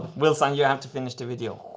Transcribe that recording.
wilson, you have to finish the video.